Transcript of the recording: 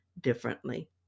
differently